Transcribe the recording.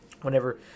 whenever